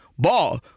Ball